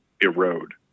erode